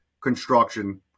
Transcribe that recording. construction